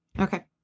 Okay